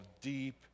deep